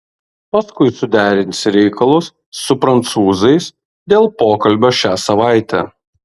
paskui suderinsi reikalus su prancūzais dėl pokalbio šią savaitę